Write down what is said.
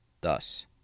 Thus